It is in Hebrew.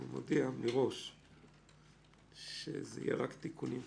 אני מודיע מראש שזה יהיה רק תיקונים קטנים,